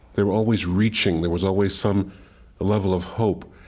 they were always reaching. there was always some level of hope,